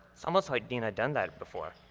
it's almost like dean had done that before.